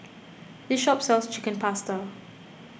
this shop sells Chicken Pasta